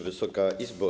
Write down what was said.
Wysoka Izbo!